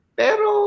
pero